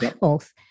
health